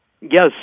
Yes